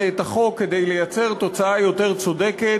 את החוק כדי ליצור תוצאה יותר צודקת,